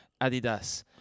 Adidas